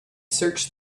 searched